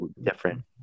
different